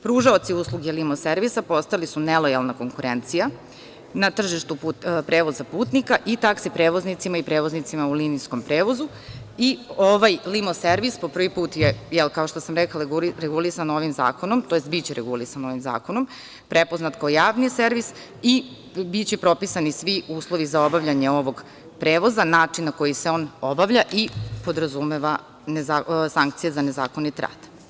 Pružaoci usluge Limo servisa postali su nelojalna konkurencija na tržištu prevoza putnika i taksi prevoznicima i prevoznicima u linijskom prevozu i ovaj Limo servis po prvi put, kao što sam rekla, regulisan je ovim zakonom, tj. biće regulisan ovim zakonom, prepoznat kao javni servis i biće propisani svi uslovi za obavljanje ovog prevoza, način na koji se on obavlja i podrazumeva sankcije za nezakonit rad.